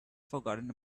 forgotten